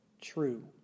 true